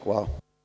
Hvala.